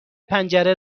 پنجره